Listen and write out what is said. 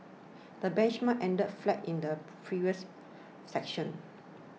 the benchmark ended flat in the previous section